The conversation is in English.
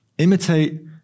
imitate